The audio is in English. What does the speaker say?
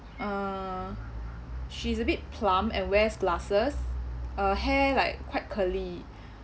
uh she's a bit plump and wears glasses her hair like quite curly